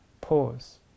Pause